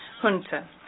hunter